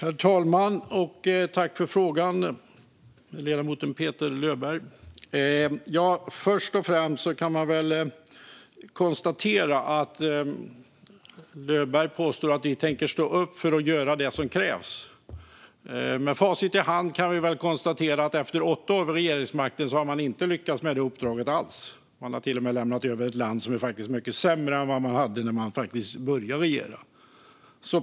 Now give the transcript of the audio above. Herr talman! Tack för frågorna, ledamoten Petter Löberg! Löberg påstår att man tänker stå upp för och göra det som krävs. Med facit i hand kan vi väl konstatera att man efter åtta år vid regeringsmakten inte har lyckats med det uppdraget alls. Man har till och med lämnat över ett land som är mycket sämre än när man började regera.